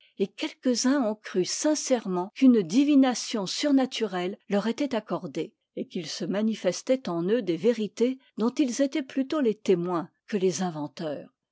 et quelques-uns ont cru sincèrement qu'une divination surnaturelle leur était accordée et qu'il se manifestait en eux des vérités dont ils étaient plutôt les témoins que les inventeurs